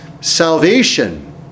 salvation